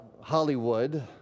Hollywood